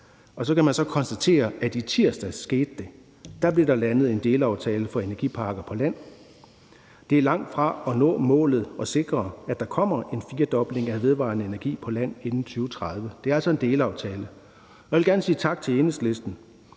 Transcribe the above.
og så kan man så konstatere, at i tirsdags skete det. Der blev der landet en delaftale for energiparker på land. Det er langt fra at nå målet og sikre, at der kommer en firedobling af vedvarende energi på land inden 2030. Det er altså en delaftale. Jeg vil gerne sige tak til Enhedslisten,